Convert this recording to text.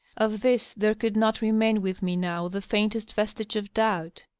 of this there could not remain with me, now, the faintest vestige of doubt.